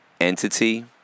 entity